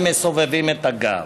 הן מסובבות את הגב.